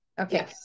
okay